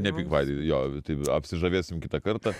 nepyk vaidai jo taip apsižavėsim kitą kartą